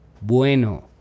Bueno